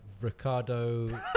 Ricardo